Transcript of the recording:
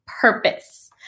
purpose